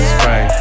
Spray